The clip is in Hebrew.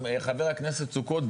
חבר הכנסת סוכות,